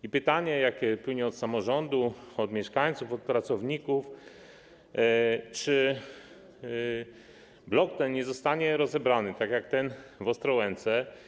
I pytanie, jakie płynie od samorządu, od mieszkańców, od pracowników: Czy blok ten nie zostanie rozebrany, tak jak ten w Ostrołęce?